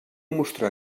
mostrar